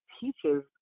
teaches